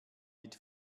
mit